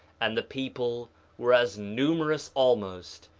and the people were as numerous almost,